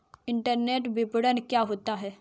Internet विपणन क्या होता है?